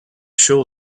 sure